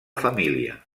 família